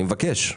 אני מבקש.